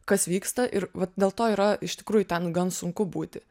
kas vyksta ir vat dėl to yra iš tikrųjų ten gan sunku būti